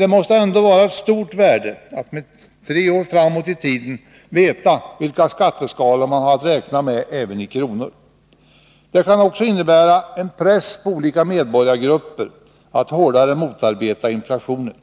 Det måste ändå vara ett stort värde att man tre år framåt i tiden vet vilka skatteskalor man har att räkna med även i kronor. Det kan också innebära en press på olika medborgargrupper att hårdare motarbeta inflationen.